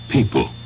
People